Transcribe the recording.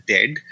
Dead